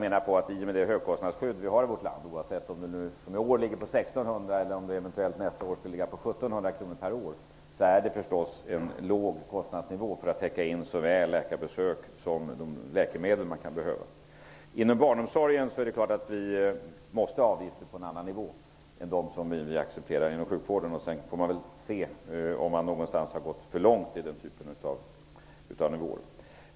I och med högkostnadsskyddet -- som i år är 1 600 kr per år, men som nästa år eventuellt skall höjas till 1 700 kr -- är kostnadsnivån låg. Den täcker in såväl läkarbesök som de läkemedel som man kan behöva. Det är klart att avgifterna måste ligga på en annan nivå inom barnomsorgen än den som vi accepterar inom sjukvården. Sedan får man se om det någonstans har gått för långt i fråga om den typen av nivåer.